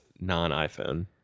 non-iPhone